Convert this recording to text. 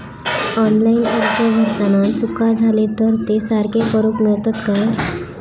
Online अर्ज भरताना चुका जाले तर ते सारके करुक मेळतत काय?